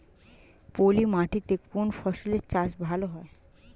পলি মাটিতে কোন ফসলের চাষ ভালো হয়?